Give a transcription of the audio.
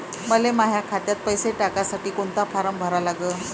मले माह्या खात्यात पैसे टाकासाठी कोंता फारम भरा लागन?